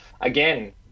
again